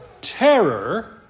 terror